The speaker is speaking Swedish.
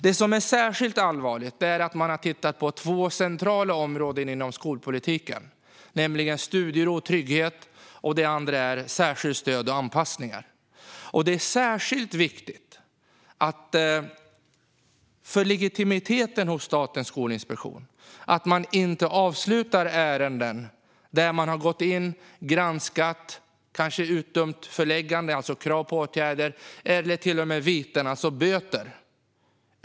Det som är särskilt allvarligt är att man har tittat på två centrala områden inom skolpolitiken, nämligen studiero och trygghet samt särskilt stöd och anpassningar. En särskilt viktig fråga är legitimiteten hos Statens skolinspektion när man inte avslutar granskningsärenden på ett korrekt sätt, särskilt om man har utdömt vitesförelägganden, det vill säga böter, eller ställt krav på åtgärder.